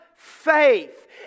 Faith